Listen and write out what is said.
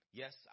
yes